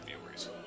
viewers